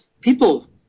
people